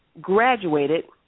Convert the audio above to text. graduated